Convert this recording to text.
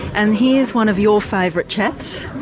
and here's one of your favourite chaps,